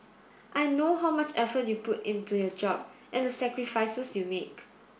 I know how much effort you put into your job and the sacrifices you make